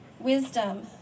wisdom